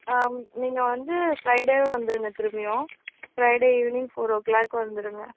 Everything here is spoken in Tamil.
ஆ நீங்கள் வந்து ஃப்ரைடேவே வந்துருங்க திரும்பியும் Friday evening four o'clock வந்துருங்க